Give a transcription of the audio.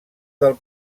del